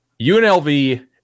UNLV